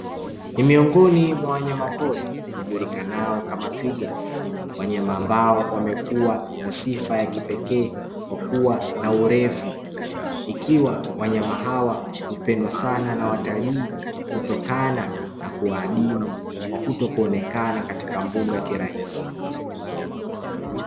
Ni miongoni mwa wanyamapori wajulikanao kama twiga wanyama ambao wamekuwa na sifa ya kipekee, kwa kuwa na urefu ikiwa wanyama hawa hupendwa sana na watalii kutokana na kuwa adimu kwa kutokuonekana katika mbuga kirahisi.